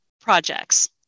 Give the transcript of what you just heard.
projects